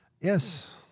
Yes